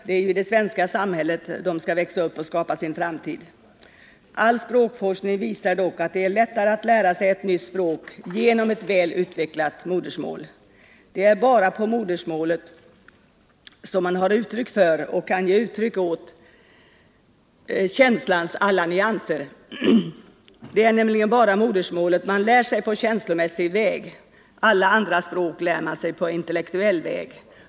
Det är ju i det svenska samhället de skall växa upp och skapa sin framtid. All språkforskning visar dock att det är lättare att lära sig ett nytt språk genom ett väl utvecklat modersmål. Det är bara på modersmålet man har uttryck för och kan ge uttryck åt känslans alla nyanser. Det är nämligen bara modersmålet man lär sig på känslomässig väg. Alla andra språk lär man sig på intellektuell väg.